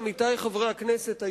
עמיתי חברי הכנסת,